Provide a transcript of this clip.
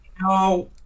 No